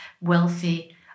wealthy